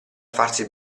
farsi